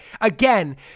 again